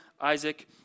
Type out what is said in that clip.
Isaac